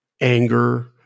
anger